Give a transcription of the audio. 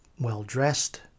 well-dressed